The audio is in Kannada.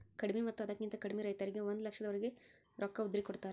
ಕಡಿಮಿ ಮತ್ತ ಅದಕ್ಕಿಂತ ಕಡಿಮೆ ರೈತರಿಗೆ ಒಂದ ಲಕ್ಷದವರೆಗೆ ರೊಕ್ಕ ಉದ್ರಿ ಕೊಡತಾರ